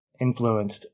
influenced